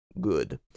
Good